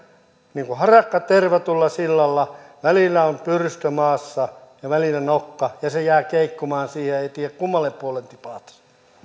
niin kuin harakka tervatulla sillalla välillä on pyrstö maassa ja välillä nokka ja se jää keikkumaan siihen ei tiedä kummalle puolelle tipahtaisi